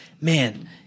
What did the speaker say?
man